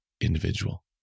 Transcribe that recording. individual